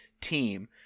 team